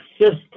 system